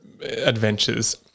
adventures